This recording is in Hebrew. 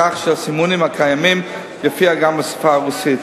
כך שהסימונים הקיימים יופיעו גם בשפה הרוסית.